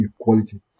equality